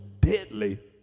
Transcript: deadly